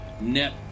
net